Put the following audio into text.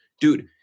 Dude